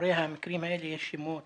ומאחורי המקרים האלה יש שמות,